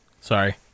sorry